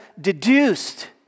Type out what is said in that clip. deduced